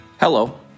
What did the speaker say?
Hello